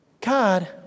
God